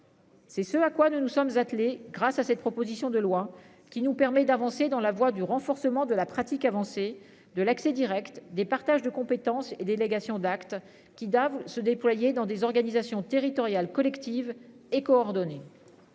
C'est ce à quoi nous nous sommes attelés grâce à cette proposition de loi qui nous permet d'avancer dans la voie du renforcement de la pratique avancée de l'accès Direct des partages de compétences et délégations d'actes qui doivent se déployer dans des organisations territoriales collective et coordonnée.